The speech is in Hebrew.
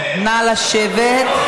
נא לשבת.